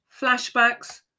flashbacks